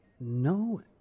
No